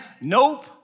Nope